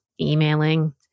emailing